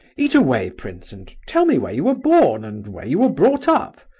eat away, prince, and tell me where you were born, and where you were brought up.